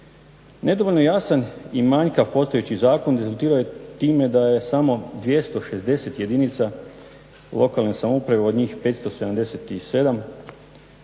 Nedovoljno je jasan i manjkav postojeći zakon. Rezultirao je time da je samo 260 jedinica lokalne samouprave od njih 577 imalo